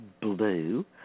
blue